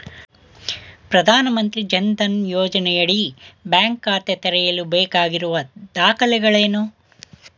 ಪ್ರಧಾನಮಂತ್ರಿ ಜನ್ ಧನ್ ಯೋಜನೆಯಡಿ ಬ್ಯಾಂಕ್ ಖಾತೆ ತೆರೆಯಲು ಬೇಕಾಗಿರುವ ದಾಖಲೆಗಳೇನು?